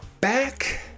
back